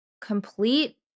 complete